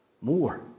More